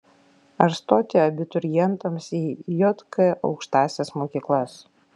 ar stoti abiturientams į jk aukštąsias mokyklas